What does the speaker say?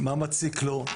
מה מציק לו,